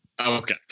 Okay